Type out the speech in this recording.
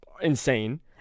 Insane